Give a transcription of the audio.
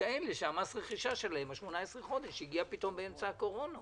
לכאלה שמס הרכישה שלהם ל-18 הגיע באמצע הקורונה.